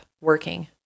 working